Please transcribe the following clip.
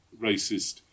racist